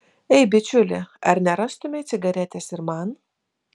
ei bičiuli ar nerastumei cigaretės ir man